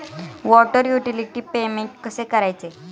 Water utility payment कसे करायचे?